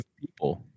people